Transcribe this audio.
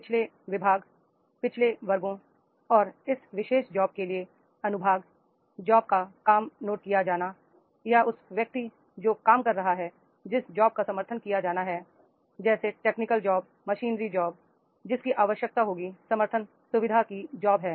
पिछले विभाग पिछले वर्गों और इस विशेष जॉब्स के लिए अनुभाग जॉब का काम नोट किया जाना है या वह व्यक्ति जो काम कर रहा है जिस जॉब का समर्थन किया जाना है जैसे टेक्निकल जॉब मशीनरी जॉब जिसकी आवश्यकता होगी समर्थन सुविधा की जॉब है